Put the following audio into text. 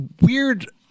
weird